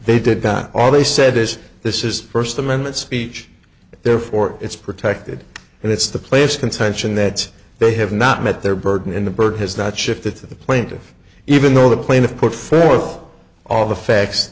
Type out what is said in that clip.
they did got all they said is this is first amendment speech therefore it's protected and it's the place contention that they have not met their burden in the bird has not shifted to the plaintiff even though the plaintiffs put forth all the facts